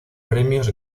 premios